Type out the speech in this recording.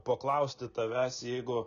paklausti tavęs jeigu